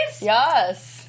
Yes